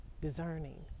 discerning